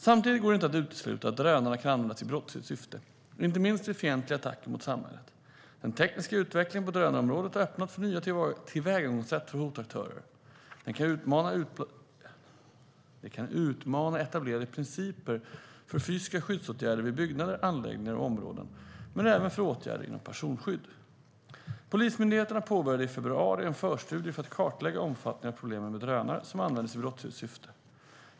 Samtidigt går det inte utesluta att drönarna kan användas i brottsligt syfte, inte minst vid fientliga attacker mot samhället. Den tekniska utvecklingen på drönarområdet har öppnat för nya tillvägagångssätt för hotaktörer. Det kan utmana etablerade principer för fysiska skyddsåtgärder vid byggnader, anläggningar och områden men även för åtgärder inom personskydd. Polismyndigheten påbörjade i februari en förstudie för att kartlägga omfattningen av problemen med drönare som används i brottsligt syfte.